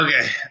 Okay